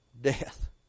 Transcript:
death